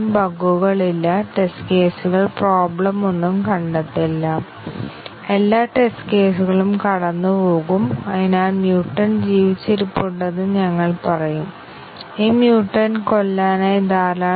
അതിനാൽ ടെസ്റ്റ് കേസുകൾ ഡിഫയിൻ ചെയ്യുന്നു അല്ലെങ്കിൽ ഡിഫയിൻ ചെയ്യുന്ന സ്ഥാനങ്ങൾ യൂസർ സ്പെസിഫിക് വേരിയബിളുകൾ എന്നിവയെ അടിസ്ഥാനമാക്കി ഞങ്ങൾ പ്രോഗ്രാമിലൂടെയുള്ള പാത്തുകൾ നിർവ്വചിക്കുന്നു